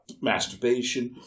masturbation